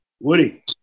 woody